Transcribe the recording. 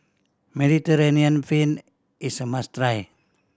Mediterranean Penne is a must try